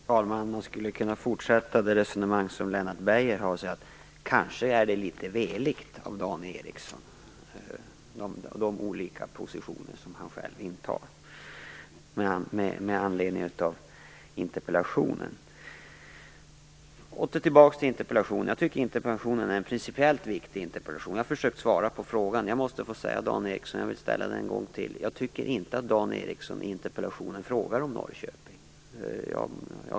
Herr talman! Jag skulle kunna fortsätta Lennart Beijers resonemang och säga att med anledning av interpellationen är det kanske litet veligt av Dan Ericsson att inta de olika positioner som han gör. Låt mig gå tillbaks till interpellationen. Jag tycker att det är en principiellt viktig interpellation. Jag har försökt svara på frågan. Jag måste få säga en sak till Dan Ericsson en gång till. Jag tycker inte att Dan Ericsson frågar om Norrköping i interpellationen.